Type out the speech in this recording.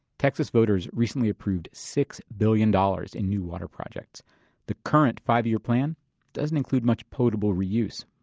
texas voters recently approved six billion dollars in new water projects the current five-year plan doesn't include much potable re-use.